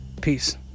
Peace